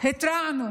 התרענו